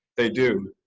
they do.